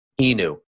Inu